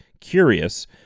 curious